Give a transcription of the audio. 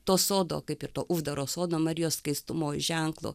to sodo kaip ir to uždaro sodo marijos skaistumo ženklu